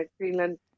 Greenland